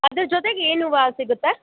ಅದ್ರ ಜೊತೆಗೆ ಏನು ಹೂವ ಸಿಗುತ್ತೆ